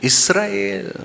Israel